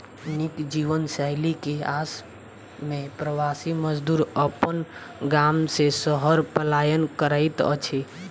नीक जीवनशैली के आस में प्रवासी मजदूर अपन गाम से शहर पलायन करैत अछि